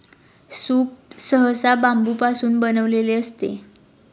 soup सहसा बांबूपासून बनविलेले असते